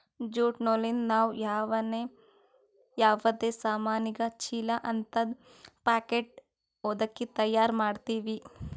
jute ನೂಲಿಂದ್ ನಾವ್ ಯಾವದೇ ಸಾಮಾನಿಗ ಚೀಲಾ ಹಂತದ್ ಪ್ಯಾಕೆಟ್ ಹೊದಕಿ ತಯಾರ್ ಮಾಡ್ತೀವಿ